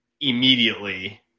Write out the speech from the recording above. Immediately